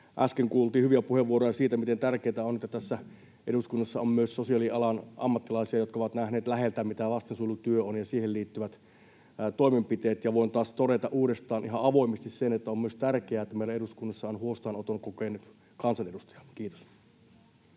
Äsken kuultiin hyviä puheenvuoroja siitä, miten tärkeätä on, että tässä eduskunnassa on myös sosiaalialan ammattilaisia, jotka ovat nähneet läheltä, mitä ovat lastensuojelutyö ja siihen liittyvät toimenpiteet. Voin taas todeta uudestaan ihan avoimesti sen, että on myös tärkeätä, että meillä eduskunnassa on huostaanoton kokenut kansanedustaja. — Kiitos.